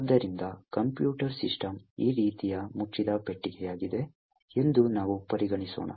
ಆದ್ದರಿಂದ computer system ಈ ರೀತಿಯ ಮುಚ್ಚಿದ ಪೆಟ್ಟಿಗೆಯಾಗಿದೆ ಎಂದು ನಾವು ಪರಿಗಣಿಸೋಣ